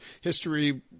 history